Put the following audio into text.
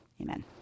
Amen